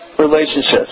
Relationships